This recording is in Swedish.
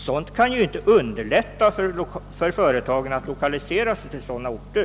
Sådant kan inte underlätta för företagen att 1okalisera till sådana orter.